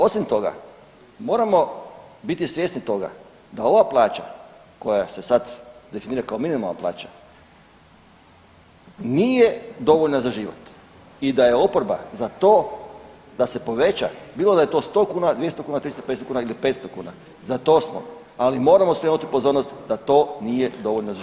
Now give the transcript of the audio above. Osim toga, moramo biti svjesni toga da ova plaća koja se sad definira kao minimalna plaća nije dovoljna za život i da je oporba za to da se poveća, bilo da je to 100 kuna, 200, 300 kuna ili 500 kuna za to smo, ali moramo skrenuti pozornost da to nije dovoljno za život.